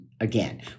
again